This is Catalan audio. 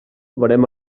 verema